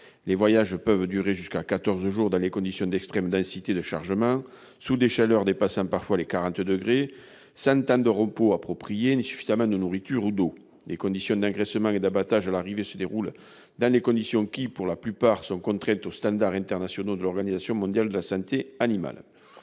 les voyages peuvent durer jusqu'à 14 jours dans des conditions d'extrême densité de chargement, sous des chaleurs dépassant parfois les 40 degrés, sans temps de repos approprié, ni suffisamment de nourriture ou d'eau ; l'engraissement et l'abattage à l'arrivée se déroulent dans des conditions qui, pour la plupart, sont contraires aux standards internationaux de l'Organisation mondiale de la santé animale,